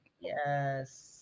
Yes